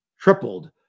tripled